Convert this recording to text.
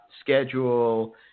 schedule